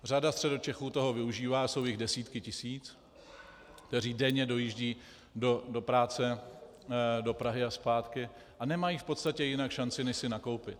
Řada Středočechů toho využívá, jsou jich desítky tisíc, kteří denně dojíždějí do práce do Prahy a zpátky a nemají v podstatě jinak šanci si nakoupit.